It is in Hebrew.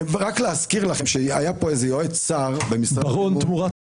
רק להזכיר לכם שהיה כאן יועץ שר --- בראון תמורת חברון,